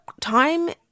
time